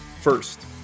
First